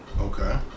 Okay